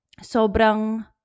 sobrang